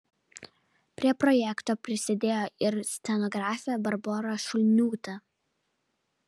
prie projekto prisidėjo ir scenografė barbora šulniūtė